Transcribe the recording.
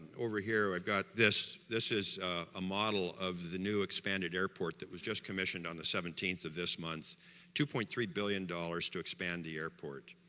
over here i've got this this is a model of the new expanded airport that was just commissioned on the seventeenth of this month twenty point three billion dollars to expand the airport